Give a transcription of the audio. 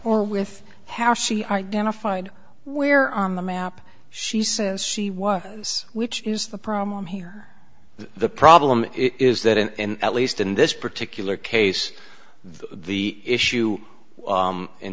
or with how she identified where on the map she says she was which is the problem here the problem is that and at least in this particular case the issue